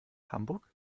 hamburg